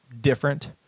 different